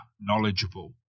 knowledgeable